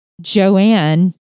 joanne